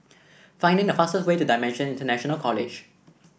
find the fastest way to Dimensions International College